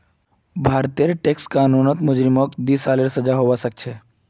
भारतेर टैक्स कानूनत मुजरिमक दी सालेर सजा हबा सखछे